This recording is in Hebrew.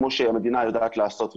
כמו שהמדינה יודעת לעשות,